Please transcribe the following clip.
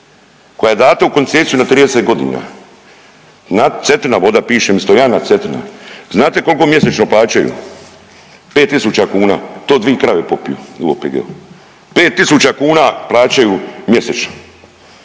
koja je data u koncesiju na 30.g., Cetina voda piše umjesto Jana Cetina, znate kolko mjesečno plaćaju, 5 tisuća kuna, to dvi krave popiju u OPG-u, 5 tisuća kuna plaćaju mjesečno,